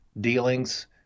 dealings